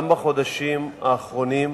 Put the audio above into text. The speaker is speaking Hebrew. גם בחודשים האחרונים,